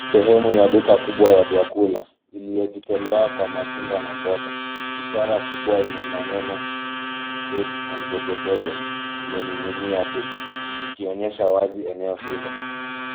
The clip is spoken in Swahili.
Sehemu ya duka kubwa ya vyakula, iliyo jitolea kwa matunda na mboga ishara kubwa yenye maneno fruit and vegetables imeninginia juu ikionyesha wazi eneo hilo.